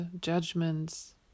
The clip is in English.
judgments